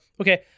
okay